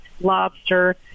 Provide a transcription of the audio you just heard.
lobster